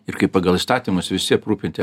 ir kaip pagal įstatymus visi aprūpinti